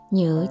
Nhớ